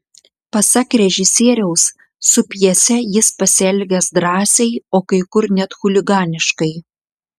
pasak režisieriaus su pjese jis pasielgęs drąsiai o kai kur net chuliganiškai